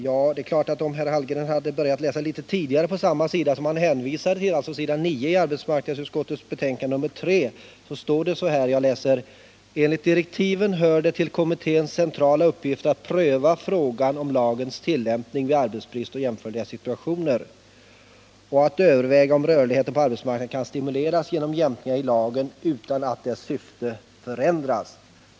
Om Karl Hallgren hade läst litet högre upp på s. 9 i arbetsmarknadsutskottets betänkande nr 3 så hade han funnit följande: ”Enligt direktiven hör det till kommitténs centrala uppgifter att pröva frågan om lagens tillämpning vid arbetsbrist och jämförliga situationer ——— och att överväga om rörligheten på arbetsmarknaden kan stimuleras genom jämkningar i lagen utan att dess syfte förändras.